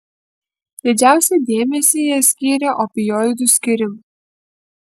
didžiausią dėmesį jie skyrė opioidų skyrimui